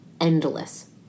endless